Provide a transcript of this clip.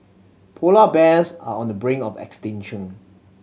polar bears are on the brink of extinction